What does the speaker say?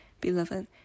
Beloved